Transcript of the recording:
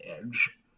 edge